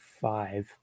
five